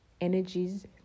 energies